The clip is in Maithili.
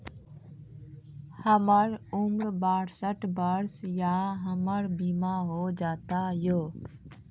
हमर उम्र बासठ वर्ष या हमर बीमा हो जाता यो?